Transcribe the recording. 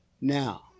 now